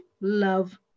Love